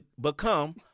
become